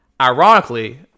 ironically